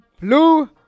Blue